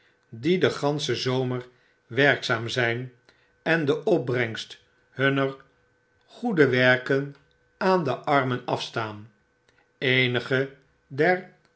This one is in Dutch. die den ganschen zomer werkzaam zp en de opbrengst hunner goede werken aan de armen afstaan eenige der